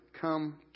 come